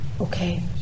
Okay